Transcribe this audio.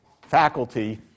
faculty